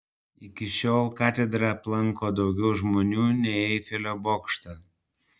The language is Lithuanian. iki šiol katedrą aplanko daugiau žmonių nei eifelio bokštą